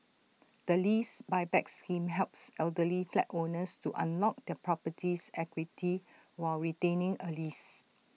the lease Buyback scheme helps elderly flat owners to unlock their property's equity while retaining A lease